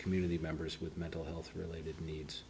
community members with mental health related needs